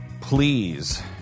Please